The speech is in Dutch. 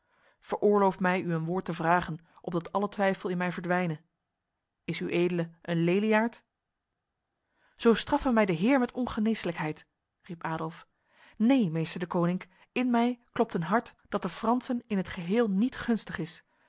veroorloof mij u een woord te vragen opdat alle twijfel in mij verdwijne is uedele een leliaard zo straffe mij de heer met ongeneeslijkheid riep adolf neen meester deconinck in mij klopt een hart dat de fransen in het geheel niet gunstig is